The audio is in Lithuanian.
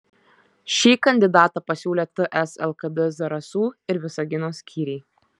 šį kandidatą pasiūlė ts lkd zarasų ir visagino skyriai